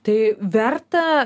tai verta